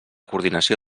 coordinació